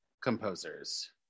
composers